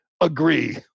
agree